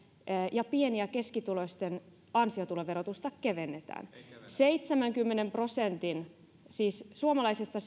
ja pieni ja keskituloisten ansiotuloverotusta kevennetään seitsemänkymmenen prosentin siis suomalaisista